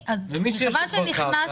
ומי שיש לו כבר קרקע,